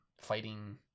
fighting